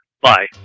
Bye